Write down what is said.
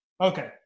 Okay